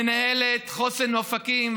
מנהלת חוסן אופקים,